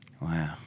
Wow